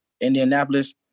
Indianapolis